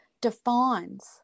defines